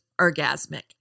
orgasmic